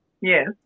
Yes